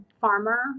farmer